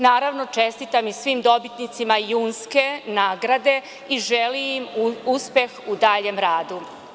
Naravno, čestitam i svim dobitnicima Junske nagrade i želim uspeh u daljem radu.